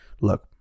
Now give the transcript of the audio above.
look